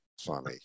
Funny